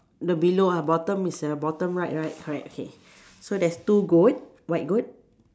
the below ah bottom is the bottom right right correct okay so there's two goat white goat